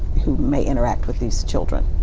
who may interact with these children?